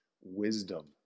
wisdom